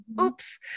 oops